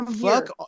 fuck